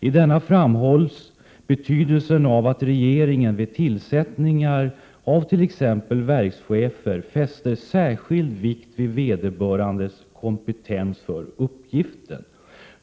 I denna framhålles betydelsen av att regeringen vid tillsättningar av t.ex. verkschefer fäster särskild vikt vid vederbörandes kompetens för uppgiften.